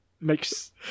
makes